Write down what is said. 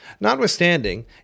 Notwithstanding